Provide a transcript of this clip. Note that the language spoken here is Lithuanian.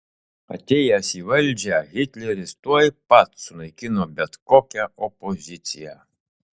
atėjęs į valdžią hitleris tuoj pat sunaikino bet kokią opoziciją